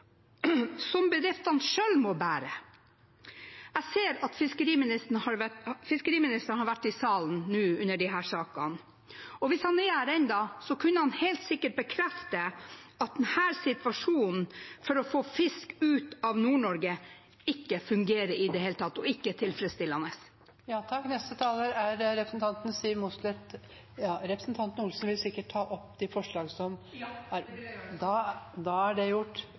som bedriftene selv må bære. Jeg ser at fiskeriministeren har vært i salen under disse sakene. Hvis han er her ennå, kan han helt sikkert bekrefte at denne situasjonen for å få fisk ut av Nord-Norge ikke fungerer i det hele tatt, og ikke er tilfredsstillende. Vil representanten Olsen ta opp de forslagene Arbeiderpartiet er med på? Ja, det vil jeg gjøre. Da er det gjort. Det er viktig å legge til rette for at det